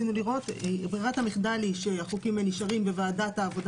ברירת המחדל היא שהחוקים האלה נשארים בוועדת העבודה